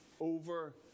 over